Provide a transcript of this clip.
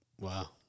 Wow